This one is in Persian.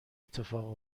اتفاق